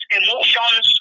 emotions